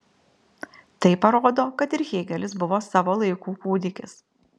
tai parodo kad ir hėgelis buvo savo laikų kūdikis